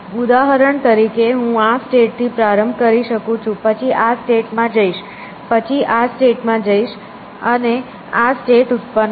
ઉદાહરણ તરીકે હું આ સ્ટેટ થી પ્રારંભ કરી શકું છું પછી આ સ્ટેટ માં જઈશ પછી આ સ્ટેટ માં જઈશ અને આ સ્ટેટ ઉત્પન્ન થશે